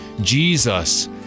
Jesus